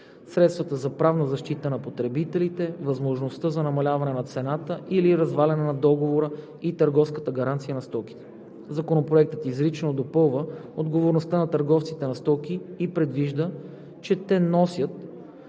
средствата за правна защита на потребителите, възможността за намаляване на цената или разваляне на договора и търговската гаранция на стоките. Законопроектът изрично допълва отговорността на търговците на стоки и предвижда, че те носят